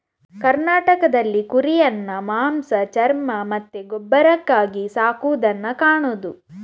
ಕರ್ನಾಟಕದಲ್ಲಿ ಕುರಿಯನ್ನ ಮಾಂಸ, ಚರ್ಮ ಮತ್ತೆ ಗೊಬ್ಬರಕ್ಕಾಗಿ ಸಾಕುದನ್ನ ಕಾಣುದು